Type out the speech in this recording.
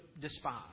despise